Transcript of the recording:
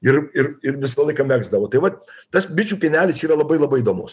ir ir ir visą laiką megzdavo tai vat tas bičių pienelis yra labai labai įdomus